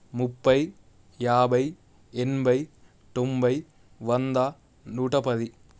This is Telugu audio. ముప్పై యాభై ఎనభై తొంభై వంద నూటపది